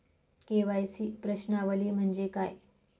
KYC प्रश्नावली म्हणजे काय?